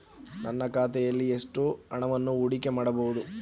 ನನ್ನ ಖಾತೆಯಲ್ಲಿ ಎಷ್ಟು ಹಣವನ್ನು ಹೂಡಿಕೆ ಮಾಡಬಹುದು?